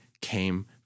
came